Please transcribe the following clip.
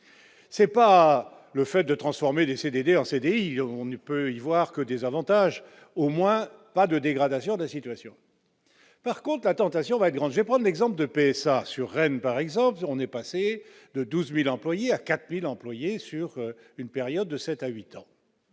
CDI c'est pas le fait de transformer des CDD en CDI, on ne peut y voir que des avantages au moins pas de dégradation de la situation, par contre la tentation va grandir prendre l'exemple de PSA, assure M. par exemple, on est passé de 12000 employées à 4000 employé sur une période de 7 à 8 ans